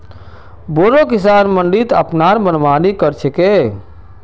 बोरो किसान मंडीत अपनार मनमानी कर छेक